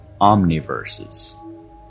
omniverses